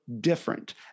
different